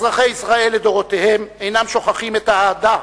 אזרחי ישראל לדורותיהם אינם שוכחים את האהדה